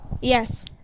Yes